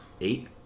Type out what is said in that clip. eight